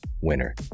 winner